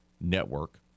Network